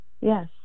yes